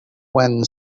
when